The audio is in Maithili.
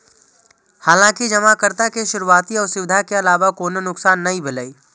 हालांकि जमाकर्ता के शुरुआती असुविधा के अलावा कोनो नुकसान नै भेलै